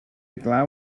glaw